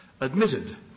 admitted